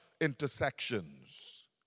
intersections